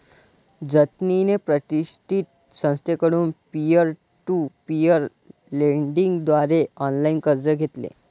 जतिनने प्रतिष्ठित संस्थेकडून पीअर टू पीअर लेंडिंग द्वारे ऑनलाइन कर्ज घेतले